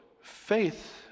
faith